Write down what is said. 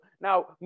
Now